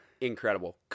Incredible